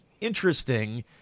interesting